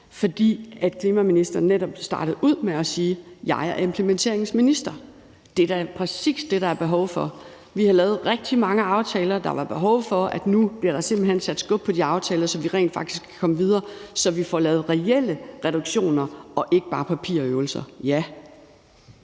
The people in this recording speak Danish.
fordi klimaministeren netop startede ud med at sige, at han er implementeringsminister. Det er da præcis det, der er behov for. Vi har lavet rigtig mange aftaler, og der er nu simpelt hen behov for, at der bliver sat skub i de aftaler, så vi rent faktisk kan komme videre, så vi får lavet reelle reduktioner og det ikke bare er papirøvelser. Kl.